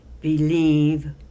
believe